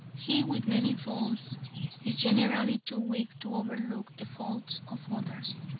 he with many faults is generally too weak to overlook the faults of others.